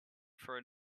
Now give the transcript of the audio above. for